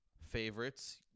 favorites